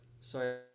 Sorry